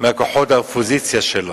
מכוחות האופוזיציה שלו.